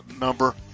number